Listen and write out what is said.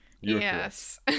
yes